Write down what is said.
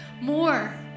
more